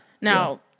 now